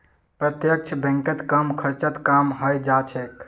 प्रत्यक्ष बैंकत कम खर्चत काम हइ जा छेक